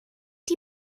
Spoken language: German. die